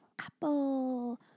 Apple